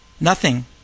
Nothing